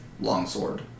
longsword